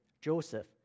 Joseph